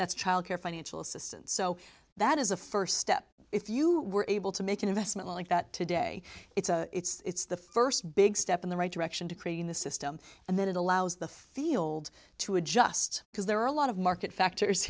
that's child care financial assistance so that is a first step if you were able to make an investment like that today it's a it's the first big step in the right direction to create in the system and then it allows the field to adjust because there are a lot of market factors